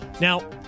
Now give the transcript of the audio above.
Now